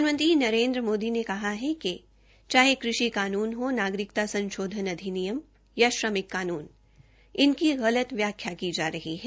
प्रधानमंत्री नरेन्द्र मोदी ने कहा कि चाहे कृषि कानून हो नागरिकता संशोधन अधिनियम या श्रमिक कानून इनकी गलत व्याख्या की जा रही है